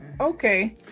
Okay